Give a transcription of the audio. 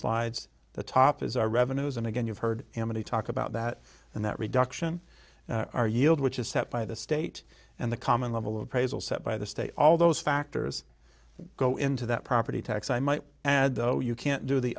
slides the top is our revenues and again you've heard anybody talk about that and that reduction our yield which is set by the state and the common level of appraisal set by the state all those factors go into that property tax i might add though you can't do the